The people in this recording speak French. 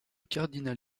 cardinal